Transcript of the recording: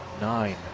nine